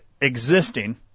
existing